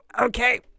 okay